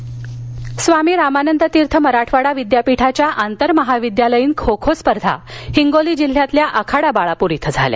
बो बो स्वामी रामानंद तीर्थ मराठवाडा विद्यापीठाच्या आंतरमहाविद्यालयीन खो खो स्पर्धा हिंगोली जिल्ह्यातील आखाडा बाळापूर इथं झाल्या